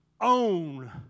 own